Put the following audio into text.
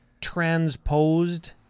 transposed